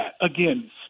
again